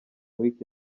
week